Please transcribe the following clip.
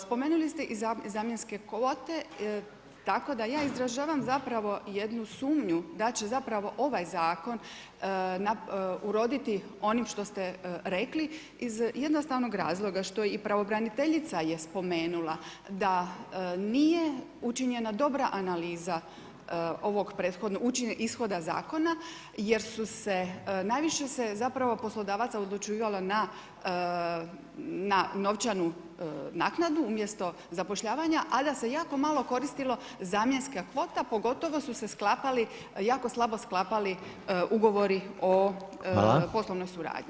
Spomenuli ste i zamjenske kvote, tako da ja izražavam zapravo jednu sumnju da će zapravo ovaj Zakon uroditi onim što ste rekli iz jednostavnog razloga što i pravobraniteljica je spomenula da nije učinjena dobra analiza ovog prethodnog, ishoda Zakona jer su se, najviše se zapravo poslodavaca odlučivalo na novčanu naknadu umjesto zapošljavanja, a da se jako malo koristilo zamjenska kvota, pogotovo su se sklapali, jako slabo sklapali ugovori o poslovnoj suradnji.